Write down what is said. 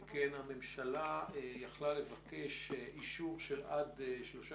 שכן הממשלה הייתה יכולה לבקש אישור של עד שלושה